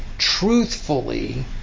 truthfully